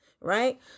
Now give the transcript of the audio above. right